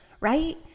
right